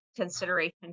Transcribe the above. consideration